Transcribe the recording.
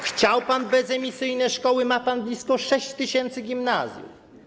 Chciał pan bezemisyjne szkoły, ma pan blisko 6 tys. gimnazjów.